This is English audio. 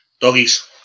Doggies